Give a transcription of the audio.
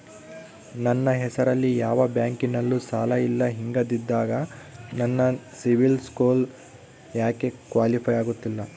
ನನ್ನ ಹೆಸರಲ್ಲಿ ಯಾವ ಬ್ಯಾಂಕಿನಲ್ಲೂ ಸಾಲ ಇಲ್ಲ ಹಿಂಗಿದ್ದಾಗ ನನ್ನ ಸಿಬಿಲ್ ಸ್ಕೋರ್ ಯಾಕೆ ಕ್ವಾಲಿಫೈ ಆಗುತ್ತಿಲ್ಲ?